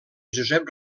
josep